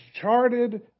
charted